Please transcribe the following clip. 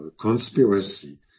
conspiracy